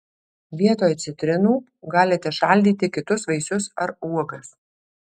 vietoj citrinų galite šaldyti kitus vaisius ar uogas